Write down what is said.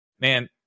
man